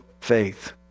faith